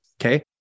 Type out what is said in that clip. Okay